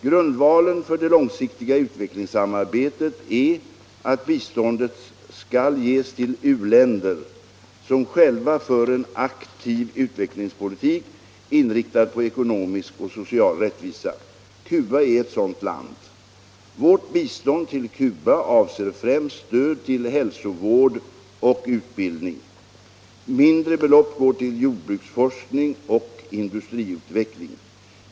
Grundvalen för det långsiktiga utvecklingssamarbetet är att biståndet skall ges till u-länder som själva för en aktiv utvecklingspolitik inriktad på ekonomisk och social rättvisa. Cuba är ett sådant land. Vårt bistånd till Cuba avser främst stöd till hälsovård och utbildning. Mindre belopp går till jordbruksforskning och industriutveckling.